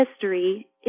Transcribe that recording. history